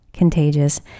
contagious